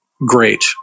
great